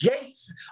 gates